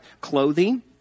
Clothing